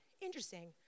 Interesting